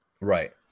Right